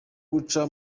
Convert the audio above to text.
guca